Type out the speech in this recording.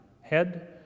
head